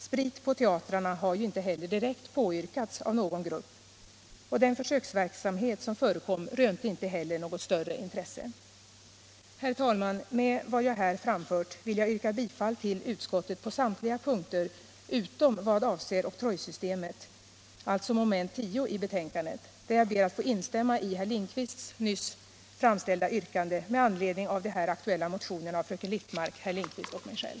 Sprit på teatrarna har inte heller direkt påyrkats av någon grupp, och den försöksverksamhet som förekom rönte inte heller något större intresse. Herr talman! Med vad jag här har framfört vill jag yrka bifall till utskottets hemställan på samtliga punkter utom vad avser oktrojsystemet, alltså mom. 10 i betänkandet, där jag ber att få instämma i herr Lindkvists nyss framställda yrkande med anledning av de här aktuella motionerna av fröken Littmarck, herr Lindkvist och mig själv.